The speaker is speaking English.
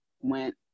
went